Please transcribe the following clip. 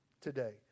today